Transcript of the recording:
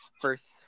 First